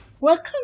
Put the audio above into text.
Welcome